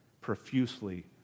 profusely